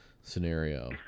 scenario